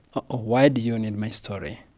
ah why do you and need my story?